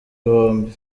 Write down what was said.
bombi